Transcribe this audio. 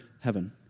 heaven